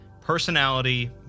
personality